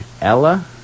Ella